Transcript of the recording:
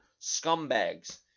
scumbags